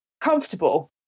comfortable